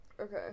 okay